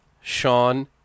Sean